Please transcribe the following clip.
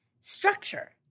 structure